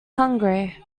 hungry